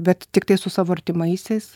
bet tiktai su savo artimaisiais